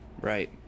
Right